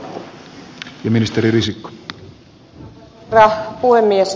arvoisa herra puhemies